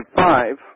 five